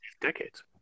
decades